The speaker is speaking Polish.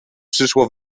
przyszło